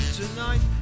tonight